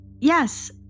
Yes